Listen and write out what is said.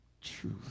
Truth